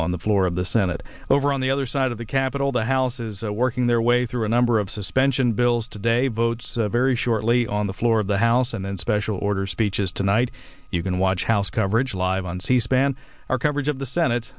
on the floor of the senate over on the other side of the capitol the houses working their way through a number of suspension bills to day votes very shortly on the floor of the house and then special orders speeches tonight you can watch house coverage live on c span our coverage of the senate